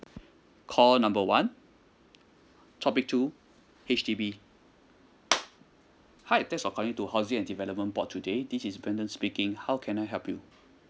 call number one topic two H_D_B hi thanks for calling to housing and development board today this is brendan speaking how can I help you